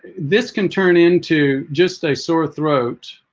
this can turn into just a sore throat